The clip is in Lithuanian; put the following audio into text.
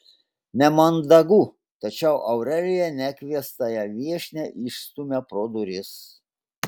nemandagu tačiau aurelija nekviestąją viešnią išstumia pro duris